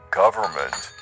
government